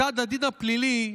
רק שנייה,